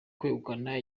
kwegukana